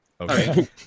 Okay